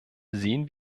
sehen